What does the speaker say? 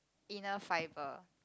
inner fibre